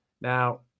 Now